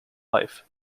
life